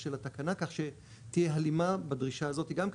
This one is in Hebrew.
של התקנה כך שתהיה הלימה בדרישה הזאת גם כן,